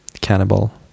cannibal